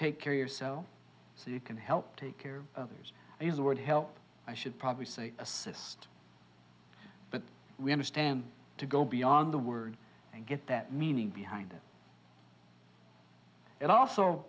take care of yourself so you can help take care of things and use the word help i should probably say assist but we understand to go beyond the word and get that meaning behind it it also